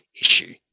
issue